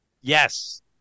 Yes